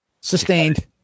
Sustained